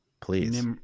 please